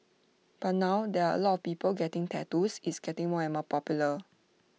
but now there are lot people getting tattoos it's getting more and more popular